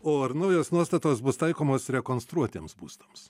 o ar naujos nuostatos bus taikomos rekonstruotiems būstams